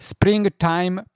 Springtime